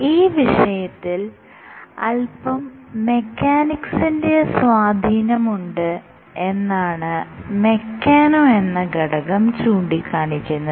ഈ വിഷയത്തിൽ അല്പം മെക്കാനിക്സിന്റെ സ്വാധീനമുണ്ട് എന്നാണ് മെക്കാനോ എന്ന ഘടകം ചൂണ്ടിക്കാണിക്കുന്നത്